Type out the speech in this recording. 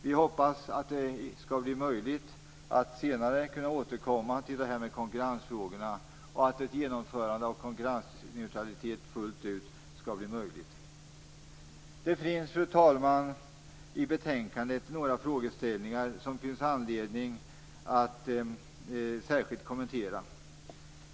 Vi hoppas att det skall bli möjligt att senare återkomma till det här med konkurrensfrågorna och att ett genomförande av konkurrensneutralitet fullt ut skall bli möjlig. Det finns, fru talman, några frågeställningar i betänkandet som det finns anledning att särskilt kommentera.